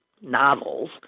novels